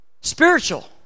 spiritual